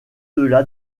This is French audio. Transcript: delà